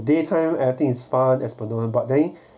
they kind everything is fun as follow but then